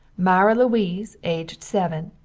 myra-louise aged seven,